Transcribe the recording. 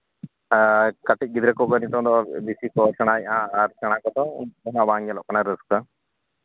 ᱟᱨ ᱠᱟᱹᱴᱤᱡ ᱜᱤᱫᱽᱨᱟᱹ ᱠᱚᱜᱮ ᱱᱤᱛᱚᱝ ᱫᱚ ᱵᱮᱹᱥᱤ ᱠᱚ ᱥᱮᱬᱟᱭᱮᱫᱼᱟ ᱟᱨ ᱥᱮᱬᱟ ᱠᱚᱫᱚ ᱩᱱᱠᱩ ᱦᱚᱸ ᱵᱟᱝ ᱧᱮᱞᱚᱜ ᱠᱟᱱᱟ ᱨᱟᱹᱥᱠᱟᱹ